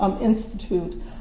institute